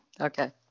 Okay